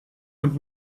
moet